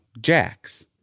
Jack's